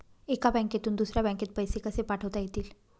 एका बँकेतून दुसऱ्या बँकेत पैसे कसे पाठवता येतील?